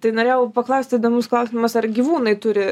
tai norėjau paklaust įdomus klausimas ar gyvūnai turi